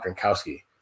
Gronkowski